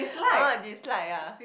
ah dislike ah